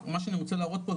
ומה שאני רוצה להראות פה,